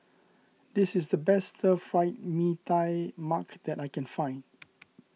this is the best Stir Fried Mee Tai Mak that I can find